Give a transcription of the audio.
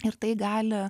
ir tai gali